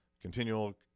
continual